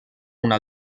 una